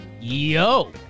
yo